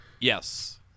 Yes